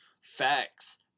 facts